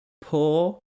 Poor